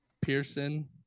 Pearson